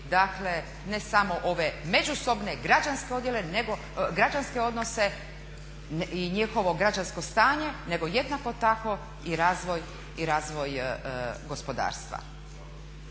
građanske odjele nego, građanske odnose i njihovo građansko stanje nego jednako tako i razvoj gospodarstva.